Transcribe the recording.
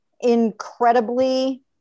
incredibly